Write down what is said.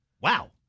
Wow